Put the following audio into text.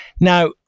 Now